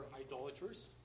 idolaters